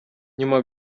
nyuma